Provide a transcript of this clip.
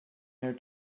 their